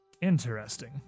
interesting